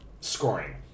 scoring